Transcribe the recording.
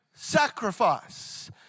Sacrifice